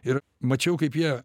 ir mačiau kaip jie